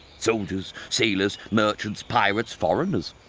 soldiers, sailors, merchants, pirates, foreigners.